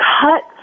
cut